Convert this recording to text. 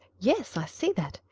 yes i see that.